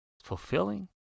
fulfilling